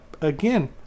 Again